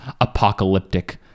apocalyptic